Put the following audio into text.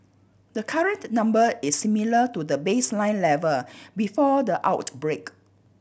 the current number is similar to the baseline level before the outbreak